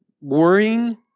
worrying